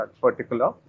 particular